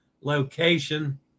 location